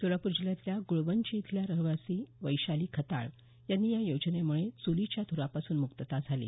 सोलापूर जिल्ह्यातल्या गुळवंची इथल्या रहिवासी वैशाली खताळ यांची या योजनेमुळे चुलीच्या धुरापासून मुक्तता झाली